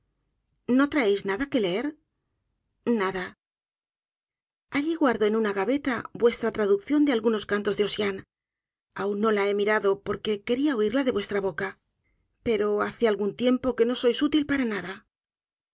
no traéis nada que leer nada allí guardo en una gabeta vuestra traducción de algunos cantos de ossian aun no la he mirado porque quería oírla de vuestra boca pero hace algún tiempo que no sois útil para nada